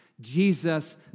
Jesus